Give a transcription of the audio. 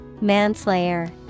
Manslayer